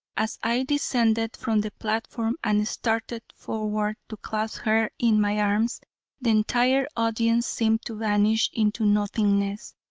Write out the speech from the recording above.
as i descended from the platform and started forward to clasp her in my arms the entire audience seemed to vanish into nothingness,